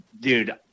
dude